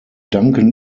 danken